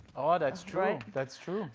ah that's true. that's true.